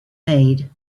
made